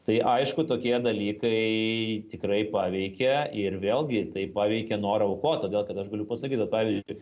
tai aišku tokie dalykai tikrai paveikia ir vėlgi tai paveikė norą aukot todėl kad aš galiu pasakyt vat pavyzdžiui